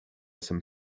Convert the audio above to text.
some